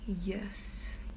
Yes